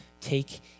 take